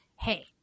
hey